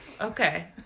Okay